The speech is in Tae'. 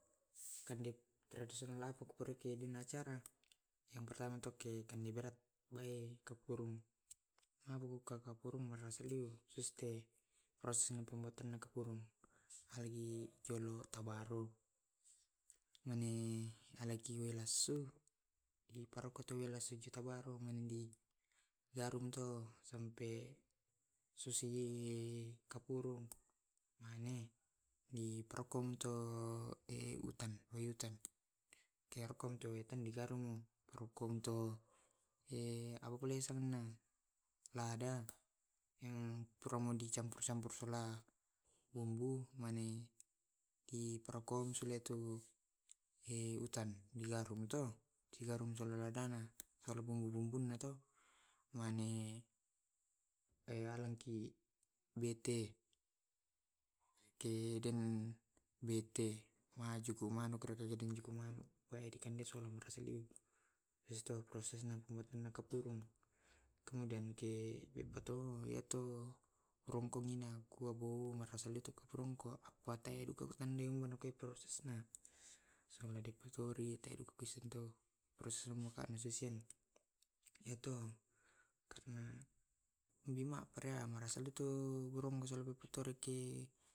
Kande tradisional apa ku purake deng acara. Yang pertama tu ke kande berat bae kapurung yaku ka kapurung barasa leu tuste proses pembuatan kapurung palagi jolo tabaro. Mane alaiki wae lassu di parokkoi digarum to sampai susi kapurung mane di parokko mi to utan, ya utan keroko tu utan digarumi. di parokkom to apa pole sangnna. Lada puramu di campur-campur sula bumbu. Mani di parokko mi sule tu utan digarumi to digarum udana sala bumbu-bumbu na to mane aleng ki bete ki den bete majuku manu kajuku manu dikende surasaliu abis tu proses maena pembuatan na kapurung. Kemudian ke beppa tu ya to barongkomi na kue bou marasa leu le ku kapurung ku apa te prosesna. yato karena bema marasa etu burong.